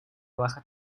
baja